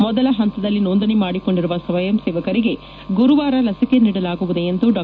ಮೊದಲ ಹಂತದಲ್ಲಿ ನೋಂದಣಿ ಮಾಡಿಕೊಂಡಿರುವ ಸ್ವಯಂಸೇವಕರಿಗೆ ಗುರುವಾರ ಲಸಿಕೆಯನ್ನು ನೀಡಲಾಗುವುದು ಎಂದು ಡಾ